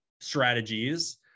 strategies